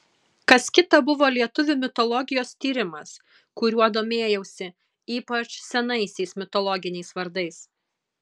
kas kita buvo lietuvių mitologijos tyrimas kuriuo domėjausi ypač senaisiais mitologiniais vardais